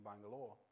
Bangalore